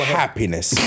happiness